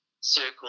circle